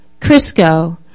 Crisco